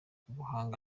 ubuhanga